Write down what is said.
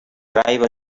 tribal